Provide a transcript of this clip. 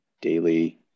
daily